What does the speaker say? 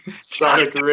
Sonic